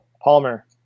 Palmer